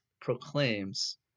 proclaims